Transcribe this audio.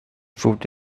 fruit